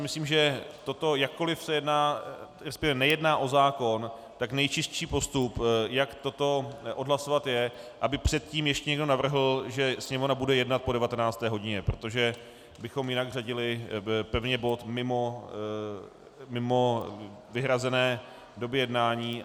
Myslím si, že toto, jakkoliv se jedná, resp. nejedná o zákon, tak nejčistší postup, jak toto odhlasovat, je, aby předtím ještě někdo navrhl, že Sněmovna bude jednat po 19. hodině, protože bychom jinak řadili pevně bod mimo vyhrazené doby jednání.